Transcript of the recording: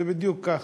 זה בדיוק ככה,